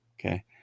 okay